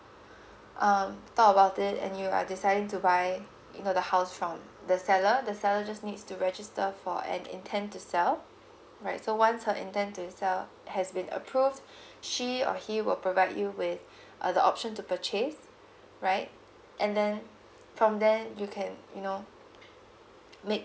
um talk about it and you are deciding to buy you know the house from the seller the seller just needs to register for an intent to sell right so once her intend to sell has been approved she or he will provide you with uh the option to purchase right and then from there you can you know make